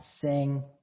sing